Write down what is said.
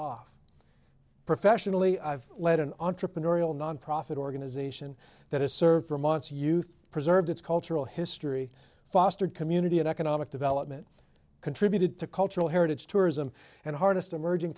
off professionally i've led an entrepreneurial nonprofit organization that has served three months youth preserved its cultural history fostered community and economic development contributed to cultural heritage tourism and harnessed emerging